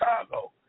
Chicago